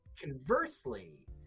conversely